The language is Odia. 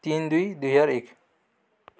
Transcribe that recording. ତିନି ଦୁଇ ଦୁଇହଜାର ଏକ